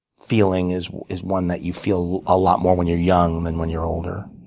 feeling is is one that you feel a lot more when you're young than when you're older.